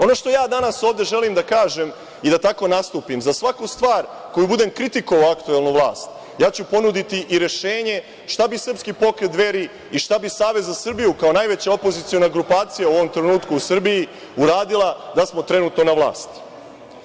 Ono što ja danas ovde želim da kažem i da tako nastupim za svaku stvar koju budem kritikovao aktuelnu vlast, ja ću ponuditi i rešenje šta bi Srpski pokret Dveri i šta bi Savez za Srbiju, kao najveća opoziciona grupacija u ovom trenutku u Srbiji, uradila da smo trenutno na vlasti.